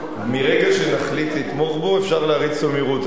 מרגע שנחליט לתמוך בו אפשר להריץ אותו במהירות,